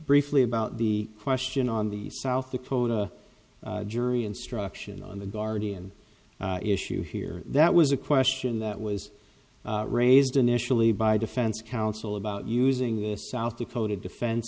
briefly about the question on the south dakota jury instruction on the guardian issue here that was a question that was raised initially by defense counsel about using the south dakota defen